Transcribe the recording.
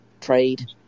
trade